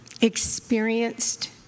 experienced